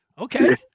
okay